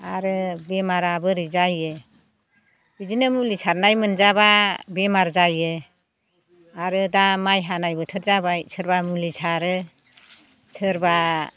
आरो बेमारा बोरै जायो बिदिनो मुलि सारनाय मोनजाबा बेमार जायो आरो दा माइ हानाय बोथोर जाबाय सोरबा मुलि सारो सोरबा